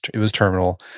it was terminal.